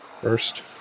first